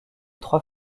trois